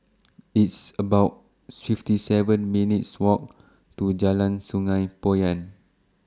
It's about fifty seven minutes' Walk to Jalan Sungei Poyan